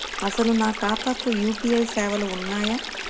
అసలు నా ఖాతాకు యూ.పీ.ఐ సేవలు ఉన్నాయా?